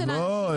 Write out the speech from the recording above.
לא,